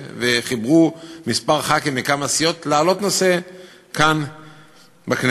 כאן וחיברו כמה ח"כים מכמה סיעות להעלות נושא כאן בכנסת.